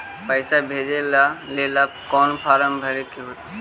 पैसा भेजे लेल कौन फार्म भरे के होई?